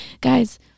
guys